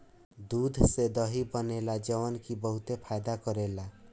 दूध से दही बनेला जवन की बहुते फायदा करेला